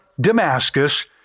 Damascus